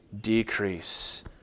decrease